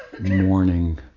morning